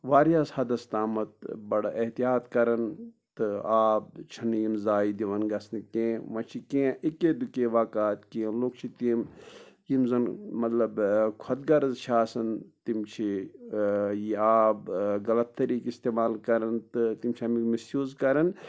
واریاہس حدس تامتھ بَڑٕ احتِیات کران تہٕ آب چھِ نہٕ یِم زایہِ دِوان گژھنہٕ کیٚنٛہہ وۄنۍ چھِ کیٚنٛہہ اِکے دُکے واقعات کینٛہہ لُکھ چھِ تِم یِم زن مطلب خودغرض چھِ آسان تِم چھِ یہِ آب غلط طٔریٖقہٕ اِستعمال کران تہٕ تِم چھِ اَمیُک مِس یوٗز کران